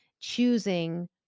choosing